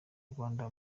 rwanda